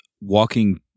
walking